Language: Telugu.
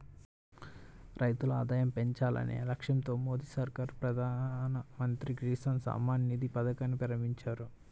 రైతుల ఆదాయం పెంచాలనే లక్ష్యంతో మోదీ సర్కార్ ప్రధాన మంత్రి కిసాన్ సమ్మాన్ నిధి పథకాన్ని ప్రారంభించింది